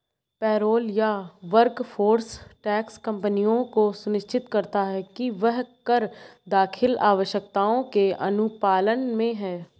payroll या workforce tax कंपनियों को सुनिश्चित करता है कि वह कर दाखिल आवश्यकताओं के अनुपालन में है